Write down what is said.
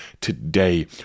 today